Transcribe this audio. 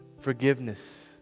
Forgiveness